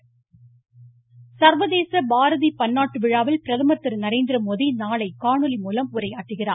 பிரதமர் பாரதியார் சர்வதேச பாரதி பன்னாட்டு விழாவில் பிரதமர் திரு நரேந்திரமோடி நாளை காணொலி மூலம் உரையாற்றுகிறார்